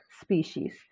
species